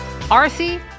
Arthi